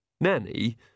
Nanny